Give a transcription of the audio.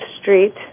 Street